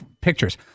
pictures